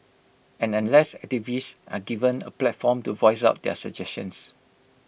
and unless activists are given A platform to voice out their suggestions